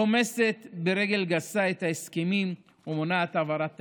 רומסת ברגל גסה את ההסכמים ומונעת העברת תקציבים.